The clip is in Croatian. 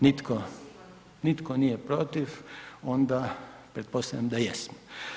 Nitko nije protiv, onda pretpostavljam da jesmo.